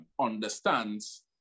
understands